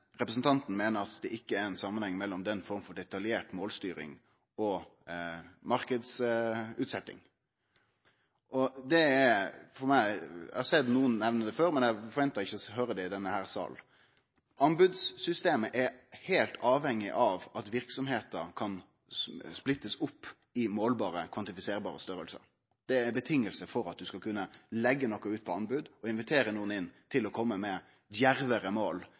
representanten meiner at det ikkje er ein samanheng mellom den forma for detaljert målstyring og marknadsutsetjing. Eg har høyrt nokon nemne det før, men eg forventa ikkje å høyre det i denne salen. Anbodssystemet er heilt avhengig av at verksemder kan splittast opp i målbare, kvantifiserbare størrelsar. Det er ein føresetnad for at du skal kunne leggje noko ut på anbod og invitere nokon inn til å komme med djervare mål